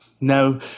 No